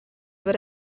but